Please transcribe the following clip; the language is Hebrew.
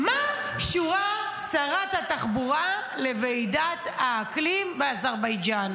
מה קשורה שרת התחבורה לוועידת האקלים באזרבייג'ן?